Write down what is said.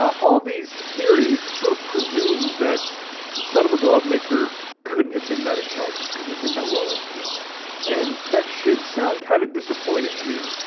all these theories sort of presume that the son of a glove maker couldn't have been that intelligent, couldn't have been that well-educated and that should sound kind of disappointing. i mean,